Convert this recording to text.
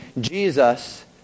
Jesus